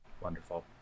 Wonderful